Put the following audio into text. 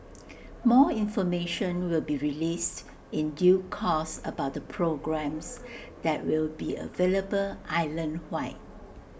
more information will be released in due course about the programmes that will be available island wide